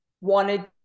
wanted